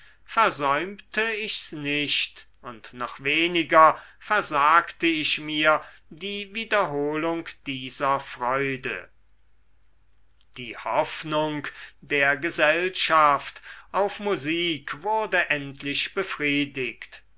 versäumte ich's nicht und noch weniger versagte ich mir die wiederholung dieser freude die hoffnung der gesellschaft auf musik wurde endlich befriedigt